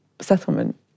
Settlement